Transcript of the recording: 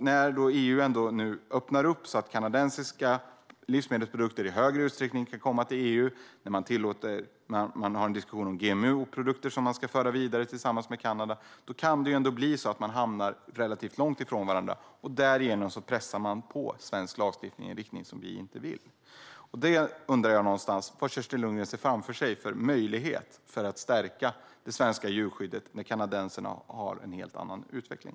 När EU nu ändå öppnar för att kanadensiska livsmedelsprodukter kan komma till EU i större utsträckning och när man har en diskussion om att föra vidare GMO-produkter tillsammans med Kanada kan det bli så att man hamnar långt ifrån varandra. Därigenom sätter man press på svensk lagstiftning i en riktning som vi inte vill. Jag undrar vilken möjlighet Kerstin Lundgren ser framför sig när det gäller att stärka svenskt djurskydd när kanadensarna har en helt annan utveckling.